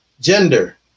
Gender